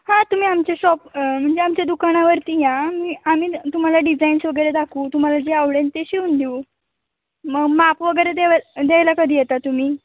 हां तुम्ही आमच्या शॉप म्हणजे आमच्या दुकानावरती या मी आम्ही तुम्हाला डिझाईन्स वगैरे दाखवू तुम्हाला जे आवडेल ते शिवून देऊ म माप वगैरे देव द्यायला कधी येता तुम्ही